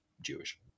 Jewish